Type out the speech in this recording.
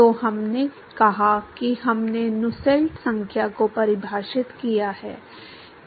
तो हमने कहा कि हमने नुसेल्ट संख्या को परिभाषित किया है